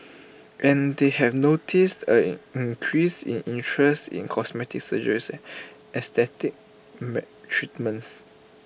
and they have noticed A an increase in interest in cosmetic surgeries aesthetic treatments